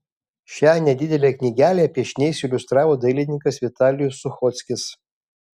šią nedidelę knygelę piešiniais iliustravo dailininkas vitalijus suchockis